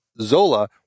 Zola